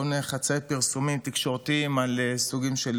כל מיני חצאי פרסומים תקשורתיים על סוגים של